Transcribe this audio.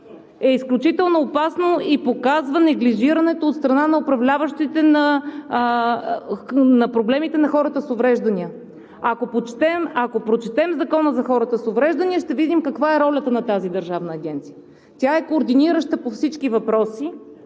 е изключително опасно и показва неглижирането от страна на управляващите на проблемите на хората с увреждания. Ако прочетем Закона за хората с увреждания, ще видим каква е ролята на тази държавна агенция. Тя е координираща по всички въпроси,